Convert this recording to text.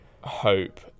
hope